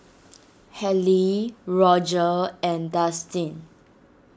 Halle Roger and Dustin